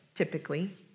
typically